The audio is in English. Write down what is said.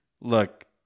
look